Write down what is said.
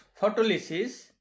photolysis